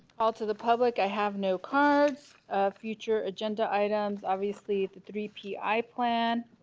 all to the public i have no cards future agenda items obviously the three p i plan